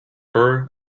her